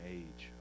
age